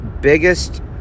biggest